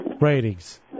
ratings